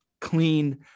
clean